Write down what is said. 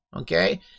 okay